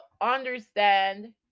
understand